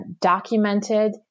documented